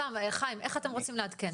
טוב, חיים, איך אתם רוצים לעדכן?